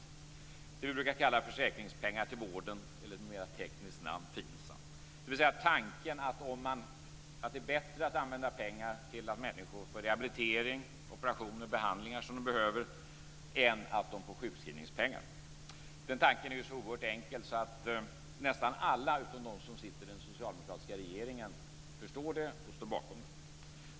Det är vad vi brukar kalla försäkringspengar till vården, eller med ett mer tekniskt namn: FIN Tanken är att det är bättre att använda pengar till att människor får den rehabilitering, de operationer och de behandlingar de behöver än att de får sjukskrivningspengar. Den tanken är så oerhört enkel att nästan alla utom dem som sitter i den socialdemokratiska regeringen förstår det och står bakom det.